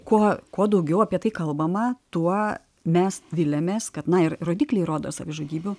kuo kuo daugiau apie tai kalbama tuo mes viliamės kad na ir rodikliai rodo savižudybių